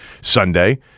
Sunday